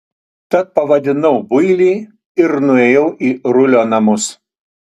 tad pavadinau builį ir nuėjau į rulio namus